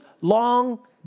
long